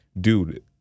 dude